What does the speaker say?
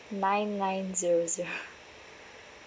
nine nine zero zero